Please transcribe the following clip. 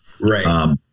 right